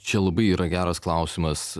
čia labai yra geras klausimas